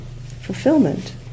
fulfillment